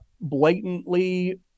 blatantly